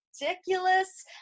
ridiculous